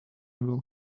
will